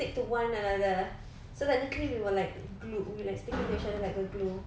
stick to one another so technically we were like glue like stick to each other like a glue